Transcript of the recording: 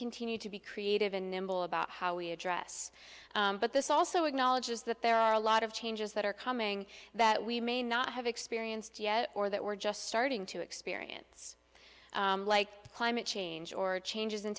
continue to be creative in nimble about how we address but this also acknowledges that there are a lot of changes that are coming that we may not have experienced yet or that we're just starting to experience like climate change or changes in